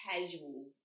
casual